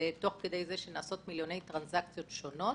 תוך כדי זה שנעשות מיליוני טרנזקציות שונות,